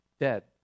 dead